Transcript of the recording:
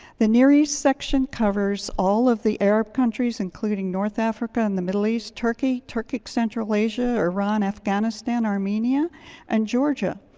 the near east section covers all of the arab countries, including north africa and the middle east, turkey, turkic, central asia, iran, afghanistan, armenia and georgia.